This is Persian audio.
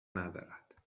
ندارد